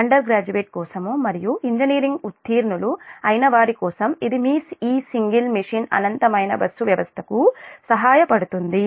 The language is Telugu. అండర్ గ్రాడ్యుయేట్ కోసం మరియు ఇంజనీరింగ్ ఉత్తీర్ణులు అయిన వారి కోసం ఇది మీ ఈ సింగిల్ మెషిన్ అనంతమైన బస్సు వ్యవస్థకు సహాయపడుతుంది